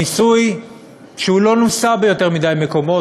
ניסוי שלא נוסה ביותר מדי מקומות,